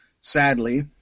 sadly